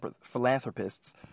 philanthropists